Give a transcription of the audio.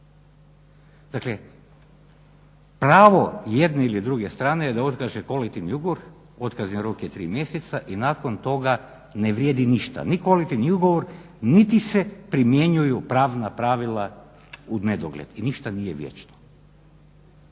Dakle, pravo jedne ili druge strane je da otkaže kolektivni ugovor, otkazni rok je 3 mjeseca i nakon toga ne vrijedi ništa, ni kolektivni ugovor niti se primjenjuju pravna pravila u nedogled i ništa nije vječno.